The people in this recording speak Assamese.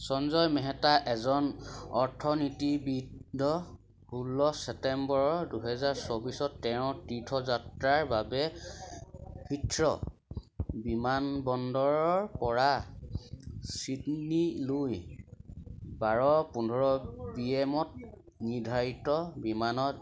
সঞ্জয় মেহতা এজন অৰ্থনীতিবিদ ষোল্ল ছেপ্টেম্বৰ দুহেজাৰ চৌবিছত তেওঁৰ তীৰ্থযাত্ৰাৰ বাবে হিথ্ৰ' বিমানবন্দৰৰপৰা ছিডনীলৈ বাৰ পোন্ধৰ পি এমত নিৰ্ধাৰিত বিমানত